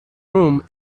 room